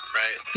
right